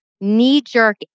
knee-jerk